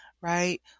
right